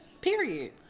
Period